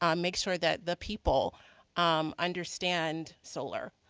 um make sure that the people um understand solar,